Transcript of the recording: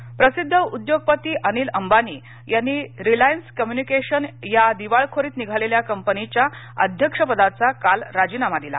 अंबानी प्रसिद्ध उद्योगपती अनिल अंबानी यांनी रिलायन्स कम्युनिकेशन या दिवाळखोरीत निघालेल्या कंपनीच्या अध्यक्षपदाचा काल राजीनामा दिला